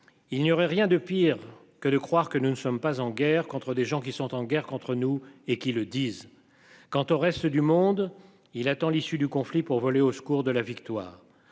Il n'y aurait rien de pire que de croire que nous ne sommes pas en guerre contre des gens qui sont en guerre contre nous et qui le disent. Quant au reste du monde, il attend l'issue du conflit pour voler au secours de la victoire.